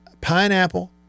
pineapple